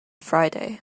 friday